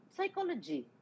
Psychology